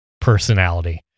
personality